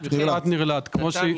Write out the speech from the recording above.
יש לנו